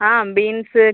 ஆ beans